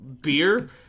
beer